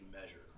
measure